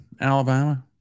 Alabama